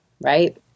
Right